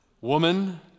Woman